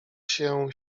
się